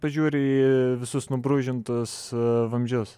pažiūri į visus nubrūžintus vamzdžius